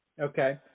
Okay